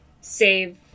save